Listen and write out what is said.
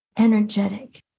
energetic